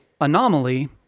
Anomaly